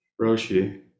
Roshi